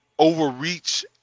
overreach